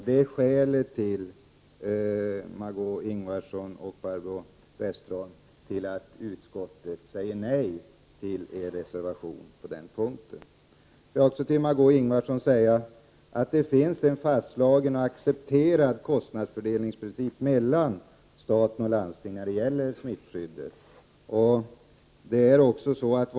Det är, Margé 15 Ingvardsson och Barbro Westerholm, skälet till att utskottet säger nej till er reservation på denna punkt. Det finns, Margöé Ingvardsson, en fastslagen och accepterad princip för fördelningen av kostnaderna mellan stat och landsting när det gäller smittskyddet.